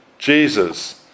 Jesus